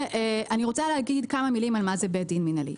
אני רוצה להגיד כמה מילים על מה זה בית דין מנהלי.